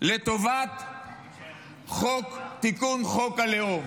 לטובת תיקון חוק הלאום.